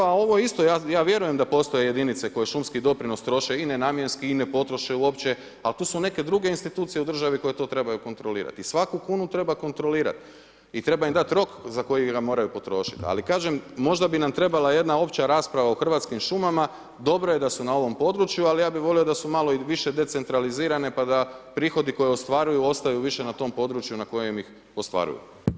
A ovo isto, ja vjerujem da postoje jedinice koje šumski doprinos troše i nenamjenski i ne potroše uopće, ali tu su neke druge institucije u državi koje to trebaju kontrolirat i svaku kunu treba kontrolirat i treba im dat rok za koji ga moraju potrošit, ali kažem, možda bi nam trebala jedna opća rasprava o Hrvatskim šumama, dobro je da su na ovom području, ali ja bih volio da su malo više decentralizirane pa da prihodi koje ostvaruju ostaju više na tom području na kojem ih ostvaruju.